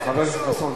חבר הכנסת חסון,